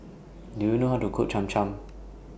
Do YOU know How to Cook Cham Cham